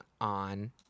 on